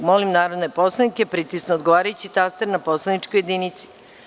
Molim narodne poslanike da pritisnu odgovarajući taster na poslaničkoj jedinici.